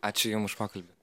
ačiū jum už pokalbį